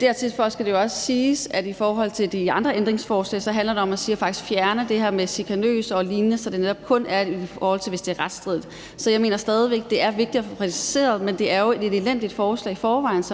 Dertil skal det også siges, at i forhold til de andre ændringsforslag, handler det om faktisk at fjerne det her med chikanøst »el. lign.«, så det netop kun er, hvis det er retsstridigt. Jeg mener stadig væk, det er vigtigt at få det præciseret. Det er jo i forvejen et elendigt forslag, som